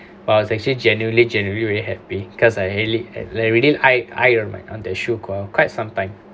I was actually genuinely genuinely really happy cause I lately I really eye eye on like on the shoe quite some time